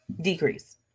decrease